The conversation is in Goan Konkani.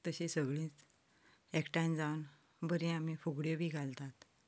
तशीं सगळीं एकठांय जावन बरी आमी फुगडी बी घालतात